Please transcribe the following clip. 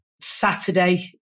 Saturday